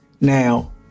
Now